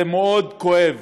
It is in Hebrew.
זה מאוד כואב.